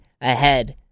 ahead